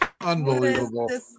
Unbelievable